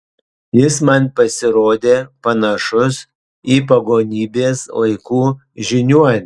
jis man pasirodė panašus į pagonybės laikų žiniuonį